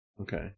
okay